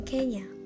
Kenya